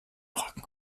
rücken